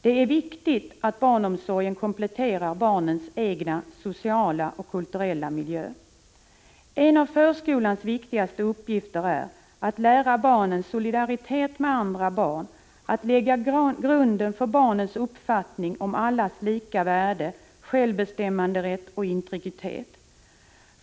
Det är viktigt att barnomsorgen kompletterar barnens egen sociala och kulturella miljö. En av förskolans viktigaste uppgifter är att lära barnen solidaritet med andra barn, att lägga grunden för barnens uppfattning om allas lika värde, självbestämmanderätt och integritet.